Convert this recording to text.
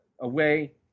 away